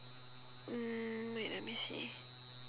mm wait let me see